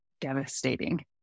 devastating